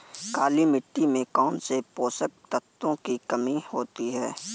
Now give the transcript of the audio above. काली मिट्टी में कौनसे पोषक तत्वों की कमी होती है?